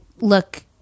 look